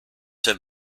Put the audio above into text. have